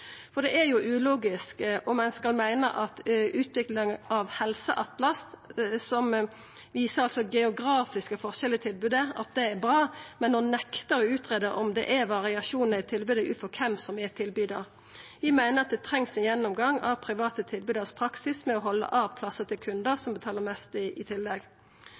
For det er jo ulogisk om ein skal meina at utvikling av helseatlas, som viser geografiske forskjellar i tilbodet, er bra, men nektar å greia ut om det er variasjonar i tilbodet ut frå kven som er tilbydar. Vi meiner i tillegg at det trengst ein gjennomgang av private tilbydarars praksis med å halda av plassar til kundar som betaler mest. Det har vore ein kraftig auke i